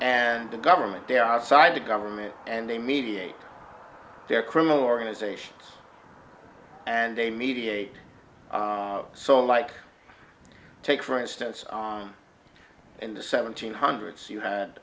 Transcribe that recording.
and the government they're our side the government and they mediate their criminal organization and they mediate so like take for instance on in the seventeen hundreds you had